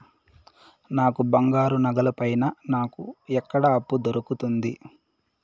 నా బంగారు నగల పైన నాకు ఎక్కడ అప్పు దొరుకుతుంది